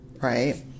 Right